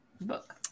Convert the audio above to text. Book